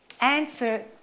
answer